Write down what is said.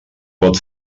pot